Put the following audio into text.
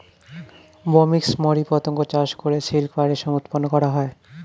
Bombyx mori পতঙ্গ চাষ করে সিল্ক বা রেশম উৎপন্ন করা হয়